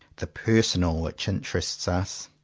the personal which interests us.